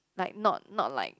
like not not like